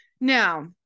Now